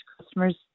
customers